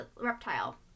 reptile